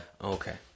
Okay